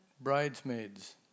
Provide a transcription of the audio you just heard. bridesmaids